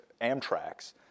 Amtraks